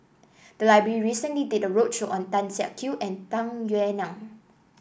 the library recently did a roadshow on Tan Siak Kew and Tung Yue Nang